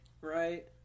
right